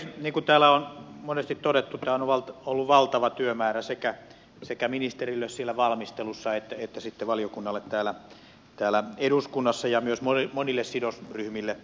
niin kuin täällä on monesti todettu tämä on ollut valtava työmäärä sekä ministeriölle siellä valmistelussa että valiokunnalle täällä eduskunnassa ja myös monille sidosryhmille